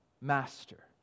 Master